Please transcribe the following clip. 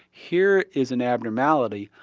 here is an abnormality,